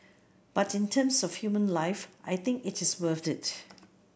but in terms of human life I think it is worth it